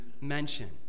mention